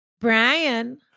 Brian